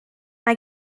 mae